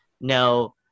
no